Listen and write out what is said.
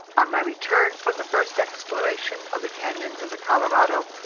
on my return from the first exploration of the canyons of the colorado,